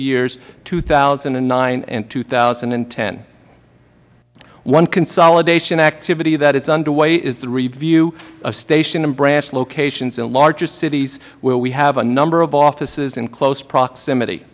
years two thousand and nine and two thousand and ten one consolidation activity that is underway is the review of station and branch locations in larger cities where we have a number of offices in close proximity